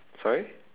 sorry